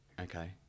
okay